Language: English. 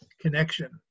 connection